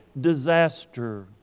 disaster